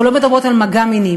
אנחנו לא מדברות על מגע מיני,